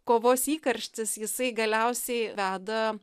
kovos įkarštis jisai galiausiai veda